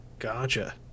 Gotcha